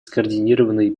скоординированный